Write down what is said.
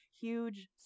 huge